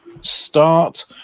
start